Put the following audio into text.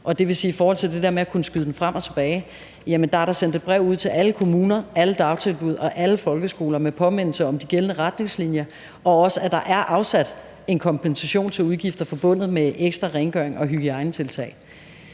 det vil sige, at i forhold til det der med at kunne sende aben frem og tilbage er der sendt et brev ud til alle kommuner, alle dagtilbud og alle folkeskoler med påmindelser om de gældende retningslinjer og om, at der er afsat midler til en kompensation til udgifter forbundet med ekstra rengøring og hygiejnetiltag.